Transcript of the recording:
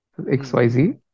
XYZ